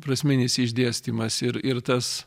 prasminis išdėstymas ir ir tas